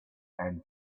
and